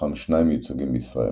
מתוכם שניים מיוצגים בישראל.